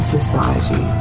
Society